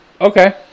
Okay